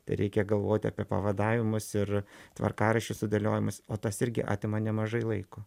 tai reikia galvoti apie pavadavimus ir tvarkaraščių sudėliojimus o tas irgi atima nemažai laiko